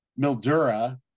Mildura